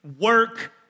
work